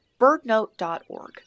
birdnote.org